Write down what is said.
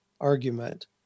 argument